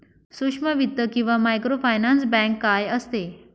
सूक्ष्म वित्त किंवा मायक्रोफायनान्स बँक काय असते?